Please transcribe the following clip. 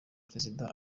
perezida